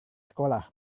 sekolah